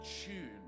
tune